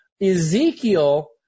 Ezekiel